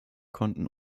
konten